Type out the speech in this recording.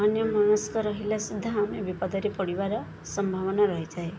ଅନ୍ୟମନସ୍କ ରହିଲା ସୁଦ୍ଧା ଆମେ ବିପଦରେ ପଡ଼ିବାର ସମ୍ଭାବନା ରହିଥାଏ